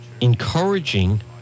...encouraging